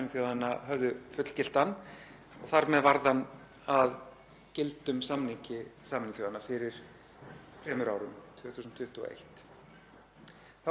Þá breyttu NATO-ríkin, Ísland þar á meðal, um strategíu og fóru að hunsa samninginn.